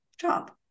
job